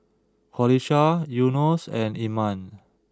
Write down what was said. Qalisha Yunos and Iman